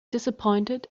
disappointed